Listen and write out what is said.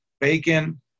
bacon